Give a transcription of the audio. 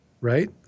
right